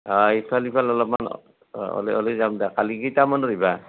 অ ইফাল সিফাল অলপ মান ওলাই ওলাই যাম দ্যা কালি কেইতামানক আহিবা